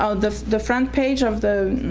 ah the the front page of the